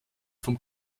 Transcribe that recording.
vom